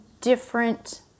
different